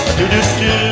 Do-do-do